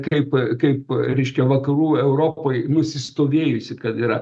kaip kaip reiškia vakarų europoj nusistovėjusi kad yra